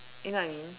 you know what I mean